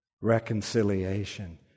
Reconciliation